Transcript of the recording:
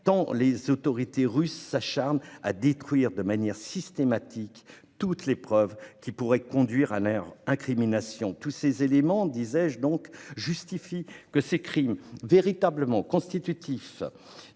tant les autorités russes s'acharnent à détruire de manière systématique toutes les preuves qui pourraient conduire à leur incrimination, il est essentiel que ces crimes, véritablement constitutifs